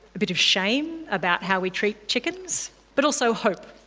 a bit of shame about how we treat chickens, but also hope.